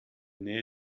nähe